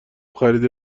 خریده